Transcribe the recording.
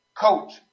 coach